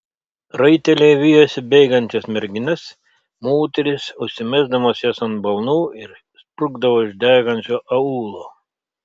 raiteliai vijosi bėgančias merginas moteris užsimesdavo jas ant balnų ir spruko iš degančio aūlo